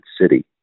city